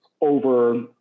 over